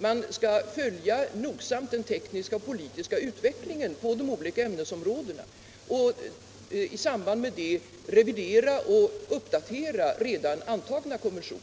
Man bör noggrant följa den tekniska och politiska utvecklingen på de olika ämnesområdena och i samband därmed revidera och uppdatera redan antagna konventioner.